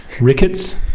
Rickets